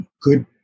good